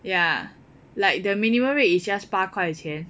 ya like the minimum rate is just 八块钱